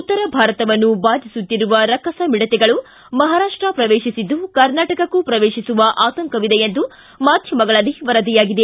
ಉತ್ತರ ಭಾರತವನ್ನು ಬಾಧಿಸುತ್ತಿರುವ ರಕ್ಕಸ ಮಿಡತೆಗಳು ಮಹಾರಾಷ್ಟ ಪ್ರವೇಶಿಸಿದ್ದು ಕರ್ನಾಟಕಕ್ಕೂ ಪ್ರವೇಶಿಸುವ ಆತಂಕವಿದೆ ಎಂದು ಮಾಧ್ವಮಗಳಲ್ಲಿ ವರದಿಯಾಗಿದೆ